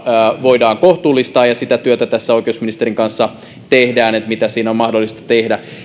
voidaan kohtuullistaa ja sitä työtä tässä oikeusministerin kanssa tehdään että mitä siinä on mahdollista tehdä